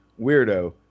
weirdo